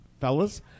fellas